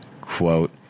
Quote